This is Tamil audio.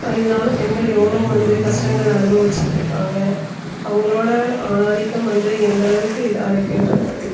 இதனால் பெண்கள் எவ்வளோ வந்து கஷ்டங்களை அனுபவிச்சிவிட்டு இருக்காங்க அவங்களோட ஆண் ஆதிக்கம் வந்து எந்தளவுக்கு இதாக இருக்குன்றதப்பற்றி